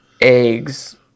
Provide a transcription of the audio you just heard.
eggs